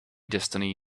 destiny